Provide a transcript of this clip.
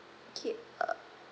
okay uh